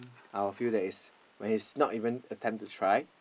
I will feel that is when is not even attempt to try